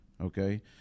okay